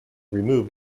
removed